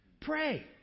Pray